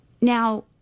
Now